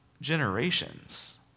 generations